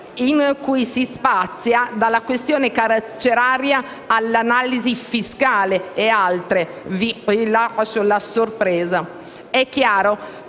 in cui si spazia dalla questione carceraria all'analisi fiscale ad altre tematiche (vi lascio la sorpresa).